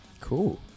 Cool